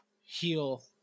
heal